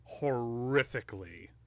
horrifically